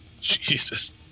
Jesus